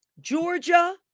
Georgia